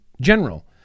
General